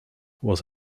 was